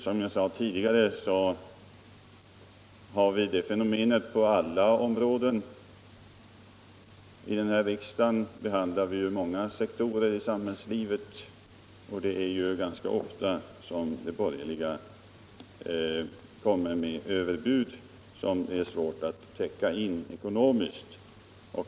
Som jag sade har vi det fenomenet på alla områden. I riksdagen talar vi om många scktorer i samhällslivet, och de borgerliga koramer ganska ofta med överbud som det är svårt att täcka in ekonomiskt.